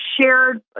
shared